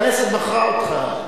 הכנסת בחרה אותך,